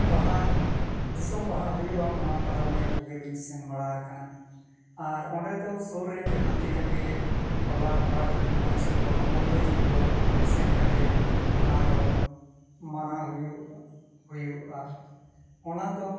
ᱵᱟᱦᱟ ᱫᱤᱥᱚᱢ ᱵᱟᱦᱟ ᱦᱩᱭᱩᱜᱼᱟ ᱚᱱᱟ ᱯᱚᱨᱚᱵᱽ ᱧᱮᱞ ᱠᱚᱜᱮ ᱞᱤᱧ ᱥᱮᱱ ᱵᱟᱲᱟ ᱟᱠᱟᱱᱟ ᱟᱨ ᱚᱸᱰᱮ ᱫᱚ ᱥᱩᱨ ᱨᱮᱱ ᱡᱟᱦᱟᱸ ᱛᱤᱱᱟᱹᱜ ᱜᱮ ᱴᱚᱞᱟ ᱯᱟᱲᱟ ᱠᱚᱨᱮᱱ ᱢᱟᱺᱡᱷᱤ ᱠᱚ ᱢᱟᱯᱟᱡᱷᱤ ᱠᱚ ᱥᱮᱱ ᱠᱟᱛᱮᱫ ᱚᱱᱟᱫᱚ ᱢᱟᱱᱟᱣ ᱦᱩᱭᱩᱜ ᱦᱩᱭᱩᱜᱼᱟ ᱚᱱᱟᱫᱚ